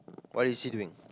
what is he doing